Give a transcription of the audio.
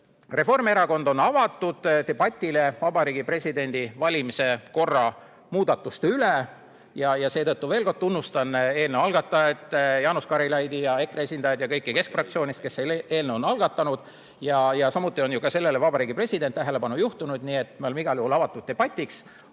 Reformierakond on avatud debatile Vabariigi Presidendi valimise korra muudatuste üle ja seetõttu ma veel kord tunnustan eelnõu algatajaid, Jaanus Karilaidi ja EKRE esindajaid ja kõiki keskfraktsioonist, kes selle eelnõu on algatanud. Samuti on ju sellele ka Vabariigi President tähelepanu juhtunud. Nii et me oleme igal juhul avatud debatiks,